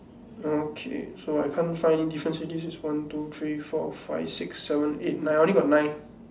okay so I can't find any differences already this is one two three four five six seven eight nine I only got nine